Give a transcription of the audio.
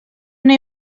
una